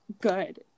good